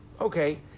Okay